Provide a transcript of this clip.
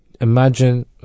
imagine